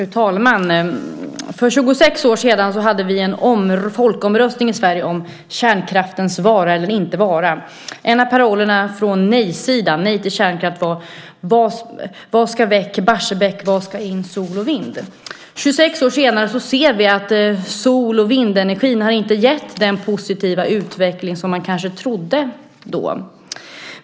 Fru talman! För 26 år sedan hade vi en folkomröstning i Sverige om kärnkraftens vara eller inte vara. En av parollerna från nej-sidan, Nej till kärnkraft, var: Vad ska väck - Barsebäck, vad ska in - sol och vind. 26 år senare ser vi att sol och vindenergin inte har gett den positiva utveckling som man kanske trodde då.